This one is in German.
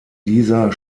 dieser